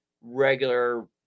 regular